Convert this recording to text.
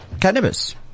Cannabis